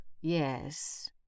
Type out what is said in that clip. yes